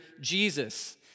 Jesus